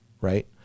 Right